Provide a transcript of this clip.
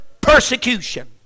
persecution